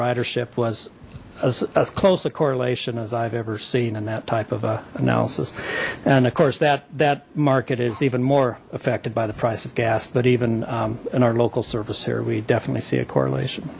ridership was as close a correlation as i've ever seen in that type of analysis and of course that that market is even more affected by the price of gas but even and our local service here we definitely see a correlation